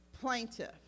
plaintiff